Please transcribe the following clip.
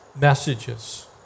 messages